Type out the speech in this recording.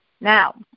Now